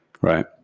Right